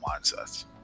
mindsets